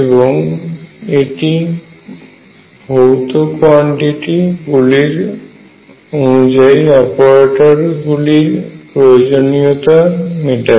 এবং এটি ভৌত কোয়ান্টিটি গুলির অনুযায়ী অপারেটর গুলির প্রয়োজনীয়তা মেটায়